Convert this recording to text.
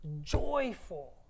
joyful